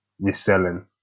reselling